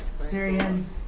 Syrians